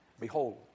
Behold